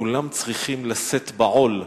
כולם צריכים לשאת בעול,